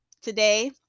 today